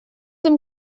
him